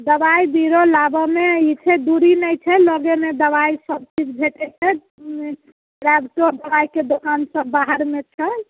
दवाइ बीरो लाबऽमे ई छै दूरी नहि छै लगेमे दवाइ सब चीज भेटैत छै प्राइवेटो दवाइके दोकान सब बाहरमे छै